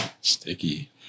Sticky